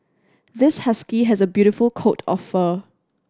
this husky has a beautiful coat of fur